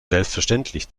selbstverständlich